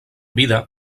vida